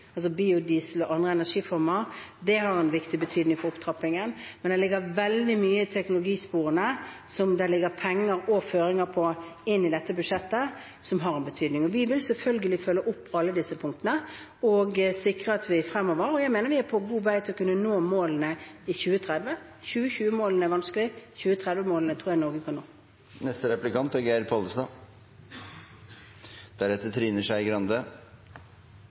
altså biodiesel og andre energiformer – har en viktig betydning for opptrappingen, men det er veldig mye i teknologisporene som det inn i dette budsjettet ligger penger og føringer på, som har en betydning. Vi vil selvfølgelig følge opp alle disse punktene, og jeg mener vi er på god vei til å nå målene for 2030. 2020-målene er vanskelig; 2030-målene tror jeg vi kan nå. Me forstår at mykje i budsjettforhandlingane har handla om den såkalla bilpakken, altså auke i drivstoffavgiftene mot lettar på andre område. Den største av lettane er